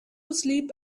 sleep